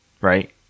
right